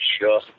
sure